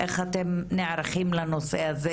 איך אתם נערכים לנושא הזה